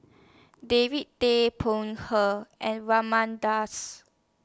David Tay Poey Cher and Raman Daud